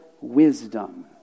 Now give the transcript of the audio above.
wisdom